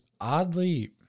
oddly